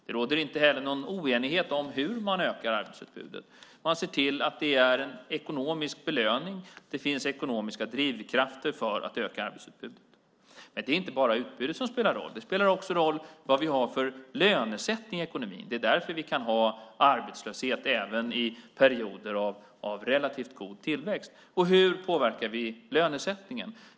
Det råder inte heller någon oenighet om hur man ökar arbetsutbudet. Man ser till att det är en ekonomisk belöning, att det finns ekonomiska drivkrafter för att öka arbetsutbudet. Det är inte bara utbudet som spelar roll. Det spelar också roll vad vi har för lönesättning i ekonomin. Det är därför vi kan ha arbetslöshet även i perioder av relativt god tillväxt. Hur påverkar vi lönesättningen?